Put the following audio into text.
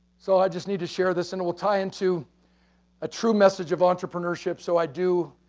so, i just need to share this and it will tie into a true message of entrepreneurship. so, i do